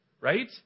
right